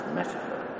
metaphor